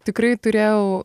tikrai turėjau